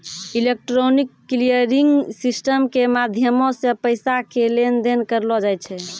electronic clearing system के माध्यमो से पैसा के लेन देन करलो जाय छै